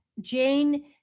jane